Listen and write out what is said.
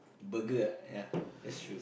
burger ah ya that's true